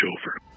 over